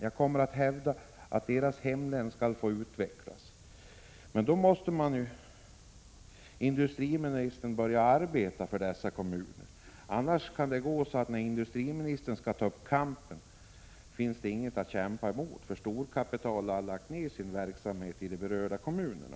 Jag kommer att hävda att deras hemlän skall få utvecklas.” Men då måste industriministern börja att arbeta för dessa grupper. Annars kan det gå så att när industriministern skall ta upp kampen, då finns det ingenting att kämpa för — eftersom storkapitalet har lagt ned sin verksamhet i de berörda kommunerna.